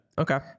Okay